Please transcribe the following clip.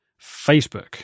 facebook